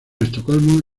estocolmo